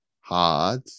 hard